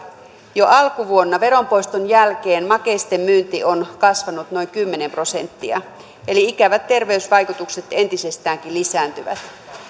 jo alkuvuonna veronpoiston jälkeen makeisten myynti on kasvanut noin kymmenen prosenttia eli ikävät terveysvaikutukset entisestäänkin lisääntyvät